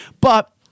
but-